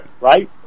Right